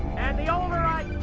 and the older i